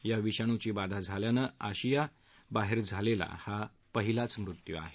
या विषाणूसी बाधा झाल्यामुळे आशिया बाहेर झालेला हा पहिलाच मृत्यू आहे